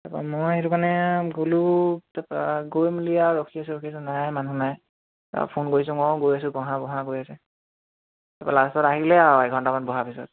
তাৰপৰা মই সেইটো কাৰণে গ'লোঁ তাৰপৰা গৈ মেলি আৰু ৰখি আছোঁ ৰখি আছোঁ নাই মানুহ নাই তাৰপৰা ফোন কৰিছোঁ মই গৈ আছোঁ বহা বহা কৈ আছে তাৰপৰা লাষ্টত আহিলে আৰু এঘণ্টামান বহাৰ পিছত